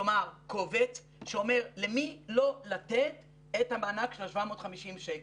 כלומר קובץ שאומר למי לא לתת את המענק של ה-750 שקל.